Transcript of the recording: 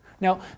Now